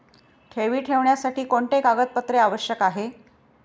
ठेवी ठेवण्यासाठी कोणते कागदपत्रे आवश्यक आहे?